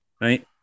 right